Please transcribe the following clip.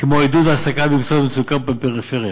כמו עידוד העסקה במקצועות במצוקה ובפריפריה.